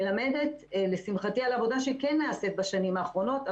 מלמדת לשמחתי על עבודה שכן נעשית בשנים האחרונות,